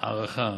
הערכה, הערכה.